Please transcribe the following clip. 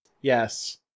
Yes